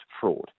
fraud